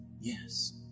Yes